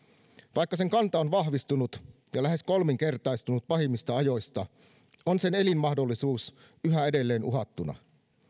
vaikka sen kanta on vahvistunut ja lähes kolminkertaistunut pahimmista ajoista on sen elinmahdollisuus yhä edelleen uhattuna